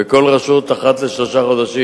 וכל רשות, אחת לשלושה חודשים,